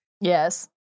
Yes